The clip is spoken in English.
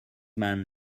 man